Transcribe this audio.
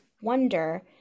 wonder